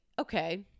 okay